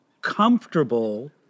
comfortable